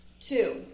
Two